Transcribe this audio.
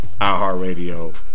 iHeartRadio